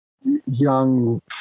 young